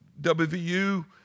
WVU